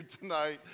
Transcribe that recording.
tonight